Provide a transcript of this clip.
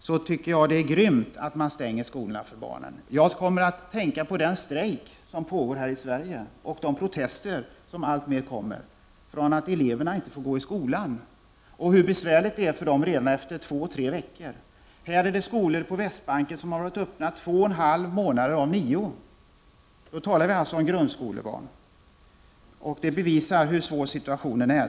Jag tycker att det är grymt att man stänger dessa skolor för barnen. Det får mig att tänka på den strejk som pågår här i Sverige och de allt fler protester som hörs mot att eleverna inte får gå i skolan. Det talas ju om hur besvärligt det är redan efter två tre veckors strejk. Men i den här debatten handlar det om skolor på Västbanken som har varit öppna under endast två och en halv månad av nio. Det gäller då grundskolebarn. Det tycker jag är ett bevis för hur svår situationen är.